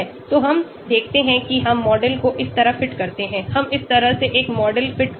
तो हम देखते हैं कि हम मॉडल को इस तरह फिट करते हैं हम इस तरह से एक मॉडल फिट करते हैं